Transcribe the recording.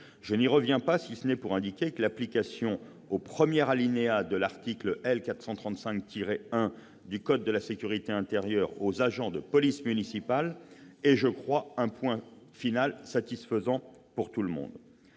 Je n'y reviens pas, si ce n'est pour indiquer que l'application du 1° de l'article L. 435-1 du code de la sécurité intérieure aux agents de police municipale est, je crois, un point final satisfaisant pour tout le monde.